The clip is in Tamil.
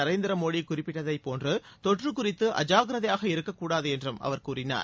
நரேந்திர மோடி குறிப்பிட்டதைப் போன்று தொற்று குறித்து அஜாக்கிரதையாக இருக்கக் கூடாது என்றும் அவர் கூறினார்